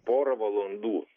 porą valandų